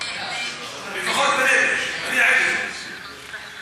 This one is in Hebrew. זה נכון בנגב, אני עד לזה לפחות בנגב.